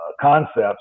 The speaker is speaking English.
Concepts